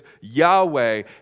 Yahweh